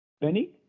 Benny